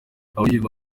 ababyinnyi